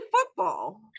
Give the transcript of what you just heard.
football